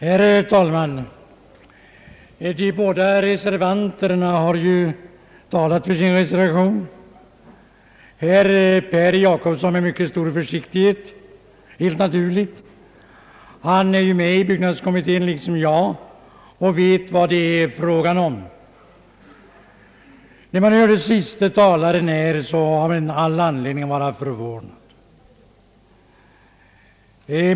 Herr talman! De båda reservanterna har nu talat för sin reservation, herr Per Jacobsson helt naturligt med mycket stor försiktighet. Han är ju med i byggnadskommittén liksom jag och vet vad det är fråga om. När man hörde den senaste talaren här, har man dock all anledning att vara förvånad.